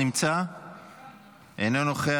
אינו נוכח,